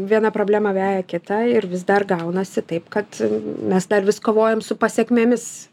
viena problema veja kitą ir vis dar gaunasi taip kad mes dar vis kovojam su pasekmėmis